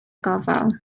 gofal